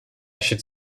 should